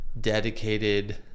dedicated